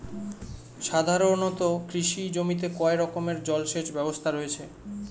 সাধারণত কৃষি জমিতে কয় রকমের জল সেচ ব্যবস্থা রয়েছে?